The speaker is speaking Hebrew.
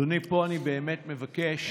אדוני, פה אני באמת מבקש